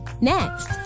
Next